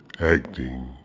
acting